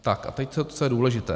Tak a teď co je důležité.